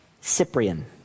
Cyprian